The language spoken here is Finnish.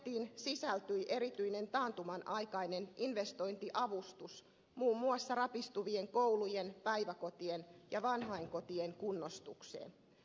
pakettiin sisältyi erityinen taantumanaikainen investointiavustus muun muassa rapistuvien koulujen päiväkotien ja vanhainkotien kunnostukseen